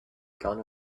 gone